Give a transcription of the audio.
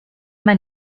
man